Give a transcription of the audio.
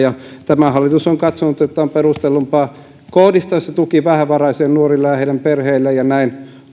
tämä hallitus on katsonut että on perustellumpaa kohdistaa se tuki vähävaraisille nuorille ja heidän perheilleen ja näin